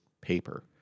paper